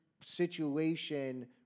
situation